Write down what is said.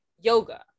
yoga